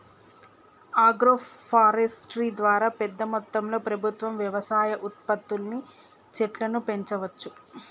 agro forestry ద్వారా పెద్ద మొత్తంలో ప్రభుత్వం వ్యవసాయ ఉత్పత్తుల్ని చెట్లను పెంచవచ్చు